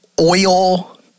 oil